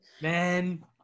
Man